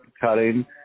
cutting